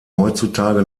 heutzutage